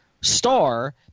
star